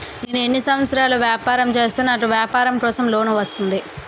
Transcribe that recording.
నేను ఎన్ని సంవత్సరాలు వ్యాపారం చేస్తే నాకు వ్యాపారం కోసం లోన్ వస్తుంది?